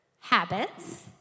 habits